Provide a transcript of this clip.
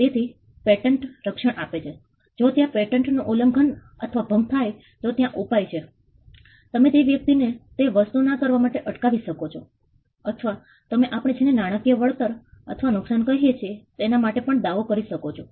તેથી પેટન્ટ રક્ષણ આપે છે જો ત્યાં પેટન્ટ નું ઉલ્લંઘન અથવા ભંગ થાય તો ત્યાં ઉપાય છે તમે તે વ્યક્તિ ને તે વસ્તુ ના કરવા માટે અટકાવી શકો છો અથવા તમે આપણે જેને નાણાકીય વળતર અથવા નુકશાન કહીએ છીએ તેના તમે પર દાવો કરી શકો છો